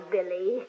Billy